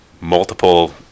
multiple